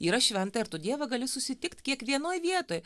yra šventa ir tu dievą gali susitikt kiekvienoj vietoj